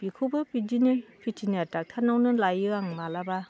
बेखौबो बिदिनो भेटेनारि डक्ट'रनावनो लायो आं माब्लाबा